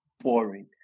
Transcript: Boring